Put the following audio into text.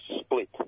split